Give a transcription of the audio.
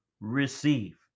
receive